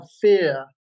fear